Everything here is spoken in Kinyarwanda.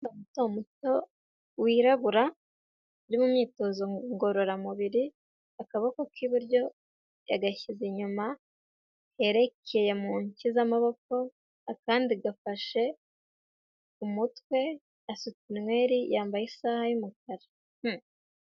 Umukobwa muto muto wirabura uri mu myitozo ngororamubiri, akaboko k'iburyo yagashyize inyuma, herekeye mu nce z'amaboko akandi gafashe umutwe asutswe inweri yambaye isaha y'umukara.